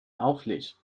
auflädst